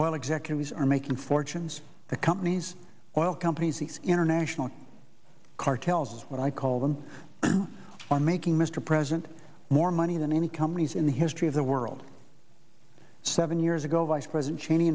while executives are making fortunes the companies oil companies the international cartels what i call them are making mr president more money than any companies in the history of the world seven years ago vice president cheney